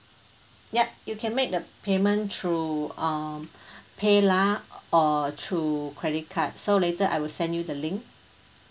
yup you can make the payment through um paylah or through credit card so later I will send you the link